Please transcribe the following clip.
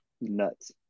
nuts